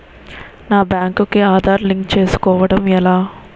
నా బ్యాంక్ కి ఆధార్ లింక్ చేసుకోవడం ఎలా?